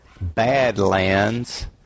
Badlands